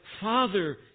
Father